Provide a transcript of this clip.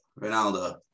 Ronaldo